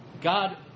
God